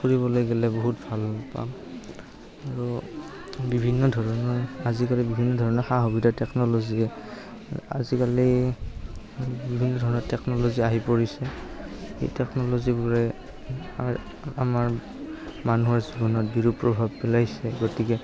ফুৰিবলৈ গ'লে বহুত ভাল পাওঁ আৰু বিভিন্ন ধৰণৰ আজিকালি বিভিন্ন ধৰণৰ সা সুবিধা টেকন'লজি আজিকালি বিভিন্ন ধৰণৰ টেকন'লজি আহি পৰিছে এই টেকন'লজিবোৰে আমাৰ আমাৰ মানুহৰ জীৱনত বিৰূপ প্ৰভাৱ পেলাইছে গতিকে